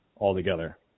altogether